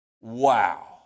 Wow